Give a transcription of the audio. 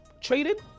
traded